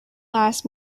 last